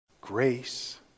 grace